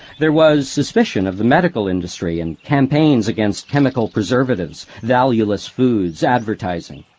there was suspicion of the medical industry and campaigns against chemical preservatives, valueless foods, advertising.